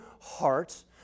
hearts